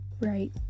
right